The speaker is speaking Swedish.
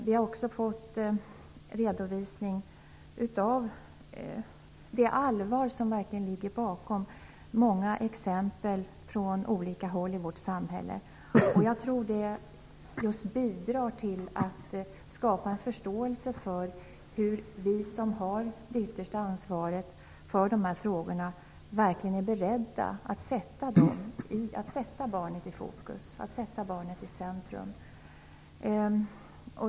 Vi har också fått redovisat det allvar som verkligen ligger bakom många exempel från olika håll i vårt samhälle. Jag tror att detta bidrar till att skapa en förståelse för att vi som har det yttersta ansvaret är beredda att sätta barnet i centrum.